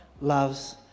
loves